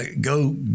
go